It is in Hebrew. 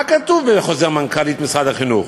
מה כתוב בחוזר מנכ"לית משרד החינוך: